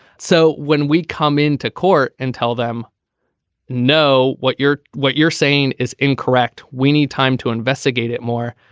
so when we come into court and tell them know what you're what you're saying is incorrect we need time to investigate it more.